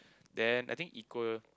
then I think equal